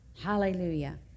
Hallelujah